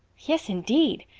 yes, indeed.